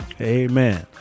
Amen